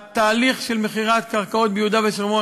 התהליך של מכירת קרקעות ביהודה ושומרון